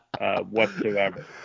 whatsoever